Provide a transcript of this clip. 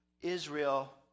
Israel